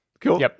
Cool